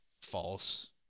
false